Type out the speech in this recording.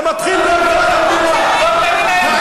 זה מתחיל מטובת המדינה.